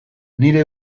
nire